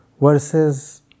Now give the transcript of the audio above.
verses